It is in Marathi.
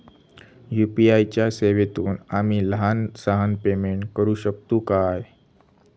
यू.पी.आय च्या सेवेतून आम्ही लहान सहान पेमेंट करू शकतू काय?